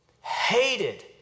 hated